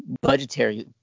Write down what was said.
budgetary